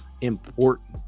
important